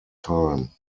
time